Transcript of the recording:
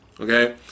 okay